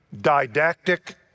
didactic